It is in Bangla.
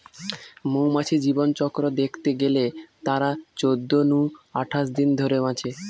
মৌমাছির জীবনচক্র দ্যাখতে গেলে তারা চোদ্দ নু আঠাশ দিন ধরে বাঁচে